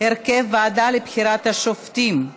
הרכב הוועדה לבחירת שופטים),